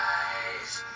eyes